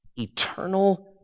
eternal